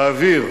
באוויר,